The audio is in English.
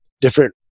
different